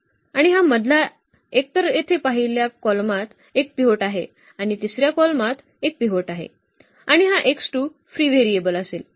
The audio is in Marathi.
आणि हा मधला एक तर येथे पहिल्या कॉलमात एक पिव्होट आहे आणि तिसर्या कॉलमात एक पिव्होट आहे आणि हा फ्री व्हेरिएबल असेल